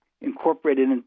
incorporated